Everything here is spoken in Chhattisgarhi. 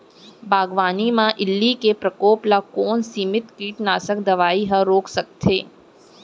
बागवानी म इल्ली के प्रकोप ल कोन सीमित कीटनाशक दवई ह रोक सकथे?